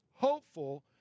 hopeful